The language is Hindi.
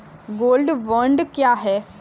गोल्ड बॉन्ड क्या है?